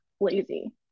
lazy